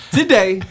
today